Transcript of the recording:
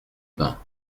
bains